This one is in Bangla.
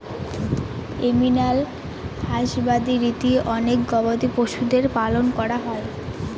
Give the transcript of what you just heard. এনিম্যাল হাসবাদরীতে অনেক গবাদি পশুদের পালন করা হয়